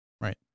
Right